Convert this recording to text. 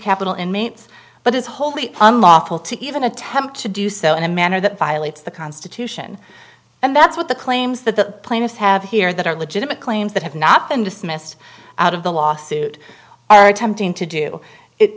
capital inmates but it's wholly unlawful to even attempt to do so in a manner that violates the constitution and that's what the claims that the plaintiffs have here that are legitimate claims that have not been dismissed out of the law suit are attempting to do it